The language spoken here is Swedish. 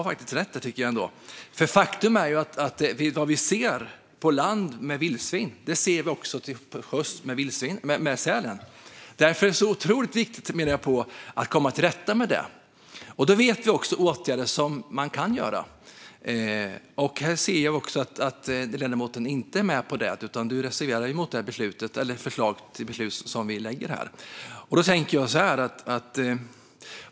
Faktum är att vad vi ser på land med vildsvin ser vi också till sjöss med sälen. Därför är det otroligt viktigt att komma till rätta med det. Vi vet åtgärder som man kan göra. Här ser jag att ledamoten inte är med på det utan reserverar sig mot det förslag till beslut som vi lägger fram här.